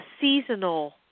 seasonal